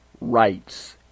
rights